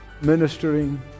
ministering